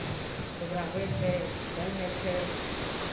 दुबराबै छै दन होइ छै